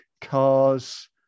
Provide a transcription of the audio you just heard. cars